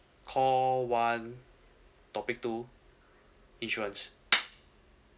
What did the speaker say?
call one topic two insurance